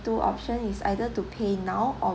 two option is either to pay now or